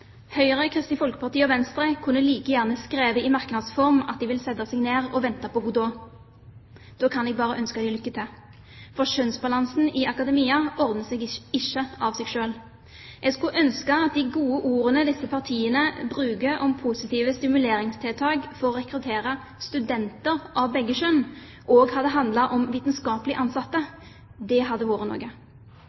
Høyre, Kristelig Folkeparti og Venstre kunne like gjerne skrevet i merknadsform at de vil sette seg ned og vente på Godot. Da kan jeg bare ønske dem lykke til. For kjønnsbalansen i akademia ordner seg ikke av seg selv. Jeg skulle ønske at de gode ordene disse partiene bruker om positive stimuleringstiltak for å rekruttere studenter av begge kjønn, også hadde handlet om vitenskapelig ansatte – det hadde vært noe.